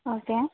okay